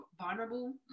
vulnerable